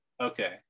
Okay